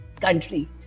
country